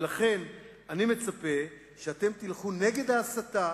לכן אני מצפה שאתם תלכו נגד ההסתה,